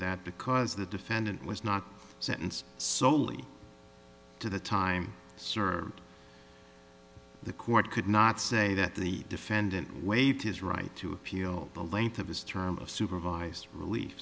that because the defendant was not sentenced soley to the time served the court could not say that the defendant waived his right to appeal the length of his term of supervised rel